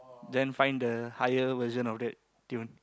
then find the higher version of that tune